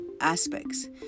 aspects